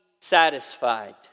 satisfied